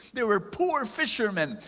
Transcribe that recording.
they were poor fishermen,